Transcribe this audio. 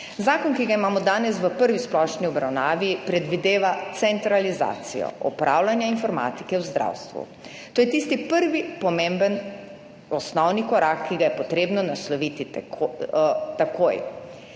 Zakon, ki ga imamo danes v prvi splošni obravnavi, predvideva centralizacijo upravljanja informatike v zdravstvu. To je tisti prvi pomemben, osnovni korak, ki ga je potrebno nasloviti takoj,